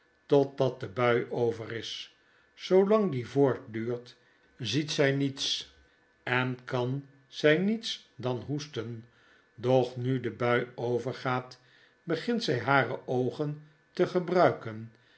totdat de bui over is zoolang die voortduurt ziet zg niets en kan zj niets dan hoesten doch nu de bui overgaat begint zjj hare oogen te gebruiken